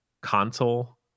console